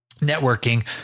networking